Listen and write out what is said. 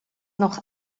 noch